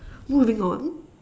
moving on